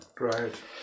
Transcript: right